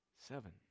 seven